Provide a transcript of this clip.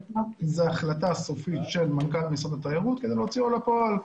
זו ההחלטה הסופית של מנכ"ל משרד התיירות כדי להוציאו לפועל.